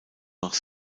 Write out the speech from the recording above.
noch